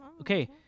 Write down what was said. Okay